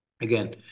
again